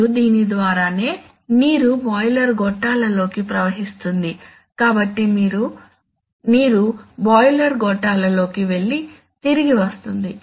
మరియు దీని ద్వారానే నీరు బాయిలర్ గొట్టాలలోకి ప్రవహిస్తుంది కాబట్టి నీరు బాయిలర్ గొట్టాలలోకి వెళ్లి తిరిగి వస్తుంది